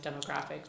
demographic